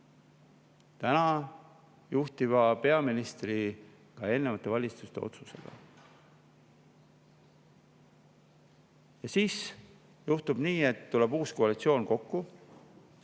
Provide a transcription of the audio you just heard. täna juhtiva peaministri ja eelnevate valitsuste otsustega. Ja siis juhtus nii, et tuli uus koalitsioon kokku